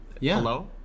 Hello